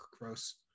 gross